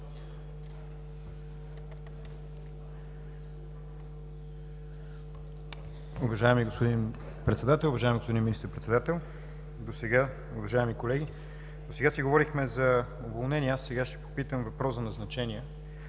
Уважаеми господин Председател, уважаеми господин Министър-председател, уважаеми колеги! Досега си говорихме за уволнения, сега ще задам въпрос за назначения.